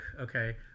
Okay